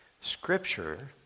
Scripture